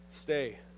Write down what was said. Stay